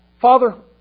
Father